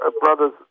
brothers